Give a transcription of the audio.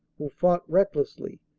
who fought recklessly,